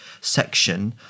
section